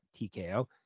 TKO